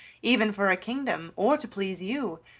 even for a kingdom, or to please you,